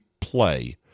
play